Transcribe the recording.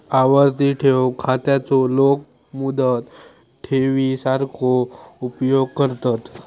आवर्ती ठेव खात्याचो लोक मुदत ठेवी सारखो उपयोग करतत